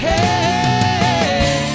Hey